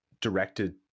directed